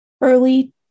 early